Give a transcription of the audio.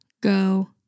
go